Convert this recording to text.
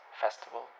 festival